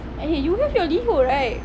eh you have your Liho right